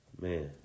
Man